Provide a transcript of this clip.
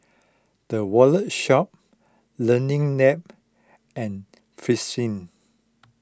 the Wallet Shop Learning Lab and Fristine